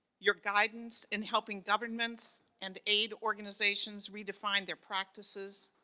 your guidance in helping governments and aid organizations redefine their practices,